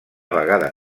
vegada